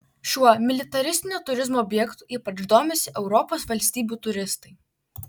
šiuo militaristinio turizmo objektu ypač domisi europos valstybių turistai